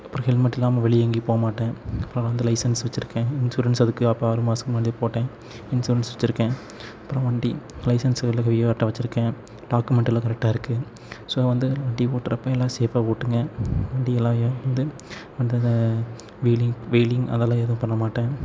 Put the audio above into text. அப்பறம் ஹெல்மெட் இல்லாமல் வெளியே எங்கேயும் போக மாட்டேன் அப்பறம் வந்து லைசென்ஸ் வச்சிருக்கேன் இன்சூரன்ஸ் அதுக்கு அப்போ ஆறு மாதத்துக்கு முன்னாடியே போட்டேன் இன்சூரன்ஸ் வச்சிருக்கேன் அப்பறம் வண்டி லைசென்ஸ் வச்சிருக்கேன் டாக்குமெண்ட்டெல்லாம் கரெக்டாக இருக்குது ஸோ வந்து வண்டி ஓட்டுறப்ப எல்லா சேஃபாக ஓட்டுங்கள் வண்டியெல்லாம் ஏன் வந்து வந்து அது வீலிங் வீலிங் அதெல்லாம் எதுவும் பண்ண மாட்டேன்